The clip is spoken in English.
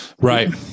Right